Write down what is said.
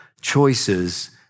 Choices